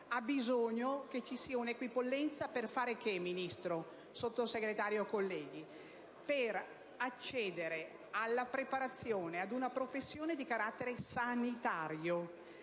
ha bisogno che ci sia una equipollenza: per fare cosa, Ministro, Sottosegretario, colleghi? Per accedere alla preparazione ad una professione di carattere sanitario.